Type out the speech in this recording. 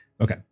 okay